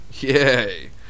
Yay